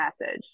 message